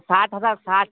साठ हजार साठ